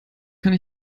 kann